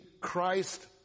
Christ